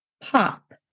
pop